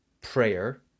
prayer